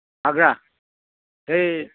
সেই